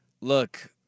look